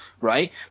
right